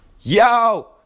Yo